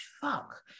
fuck